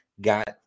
got